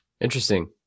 Interesting